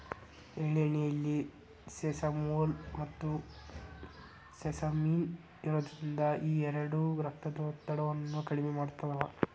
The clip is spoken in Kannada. ಎಳ್ಳೆಣ್ಣೆಯಲ್ಲಿ ಸೆಸಮೋಲ್, ಮತ್ತುಸೆಸಮಿನ್ ಇರೋದ್ರಿಂದ ಈ ಎರಡು ರಕ್ತದೊತ್ತಡವನ್ನ ಕಡಿಮೆ ಮಾಡ್ತಾವ